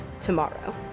tomorrow